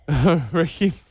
Ricky